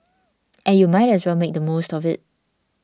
and you might as well make the most of it